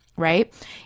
Right